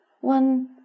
one